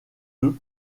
œufs